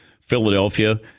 Philadelphia